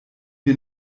wir